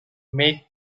make